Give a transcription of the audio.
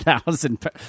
thousand